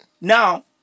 Now